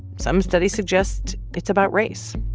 some studies suggest it's about race.